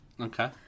Okay